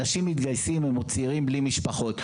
צעירים בלי משפחות.